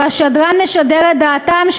והשדרן משדר את דעתם,